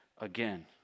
again